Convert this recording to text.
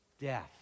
death